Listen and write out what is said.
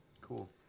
Cool